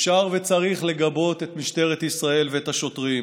אפשר וצריך לגבות את משטרת ישראל ואת השוטרים,